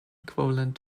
equivalent